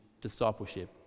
discipleship